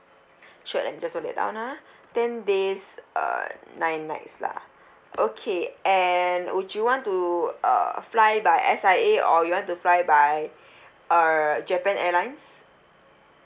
sure let me just note that down ah ten days uh nine nights lah okay and would you want to uh fly by S_I_A or you want to fly by uh japan airlines